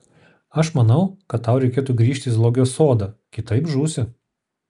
aš manau kad tau reikėtų grįžti į zoologijos sodą kitaip žūsi